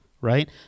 Right